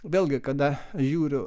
vėlgi kada žiūriu